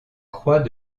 croix